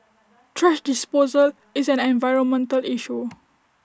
thrash disposal is an environmental issue